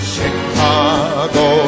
Chicago